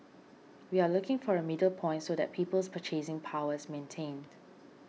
we are looking for a middle point so that people's purchasing power is maintained